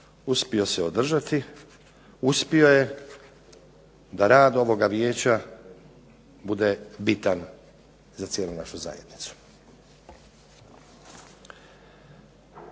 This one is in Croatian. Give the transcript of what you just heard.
uspio se održati, uspio je da rad ovoga vijeća bude bitan za cijelu našu zajednicu.